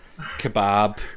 Kebab